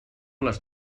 les